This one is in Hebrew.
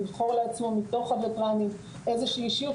לבחור לעצמו מתוך הווטרנים איזושהי אישיות,